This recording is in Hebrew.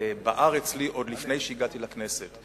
בער אצלי עוד לפני שהגעתי לכנסת.